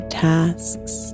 tasks